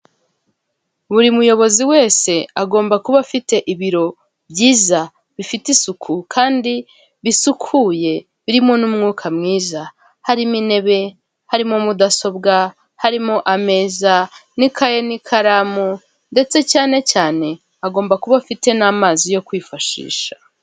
Buri muyobozi wese agomba kuba afite ibiro byiza bifite isuku kandi bisukuye birimo n'umwuka mwiza harimo intebe harimo, mudasobwa harimo ameza , n'ikayi n'ikaramu ndetse cyane cyane agomba kuba afite n'amazi yo kwifashisha.